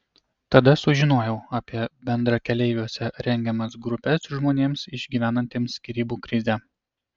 tada sužinojau apie bendrakeleiviuose rengiamas grupes žmonėms išgyvenantiems skyrybų krizę